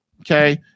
okay